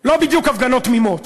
לא בדיוק הפגנות תמימות.